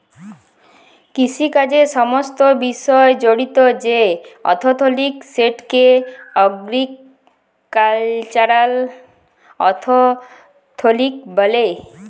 কিষিকাজের সমস্ত বিষয় জড়িত যে অথ্থলিতি সেটকে এগ্রিকাল্চারাল অথ্থলিতি ব্যলে